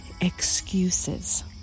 excuses